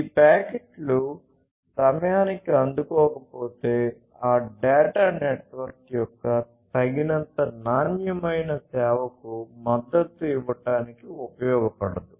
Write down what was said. ఈ ప్యాకెట్లు సమయానికి అందుకోకపోతే ఆ డేటా నెట్వర్క్ యొక్క తగినంత నాణ్యమైన సేవకు మద్దతు ఇవ్వడానికి ఉపయోగపడదు